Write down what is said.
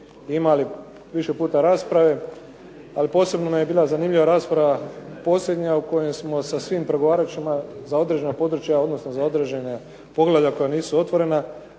imali više puta rasprave, ali posebno nam je bila zanimljiva rasprava posljednja u kojim smo sa svim pregovaračima za određena područja, odnosno za određena poglavlja koja nisu otvorena